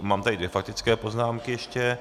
Mám tady dvě faktické poznámky ještě.